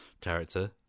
character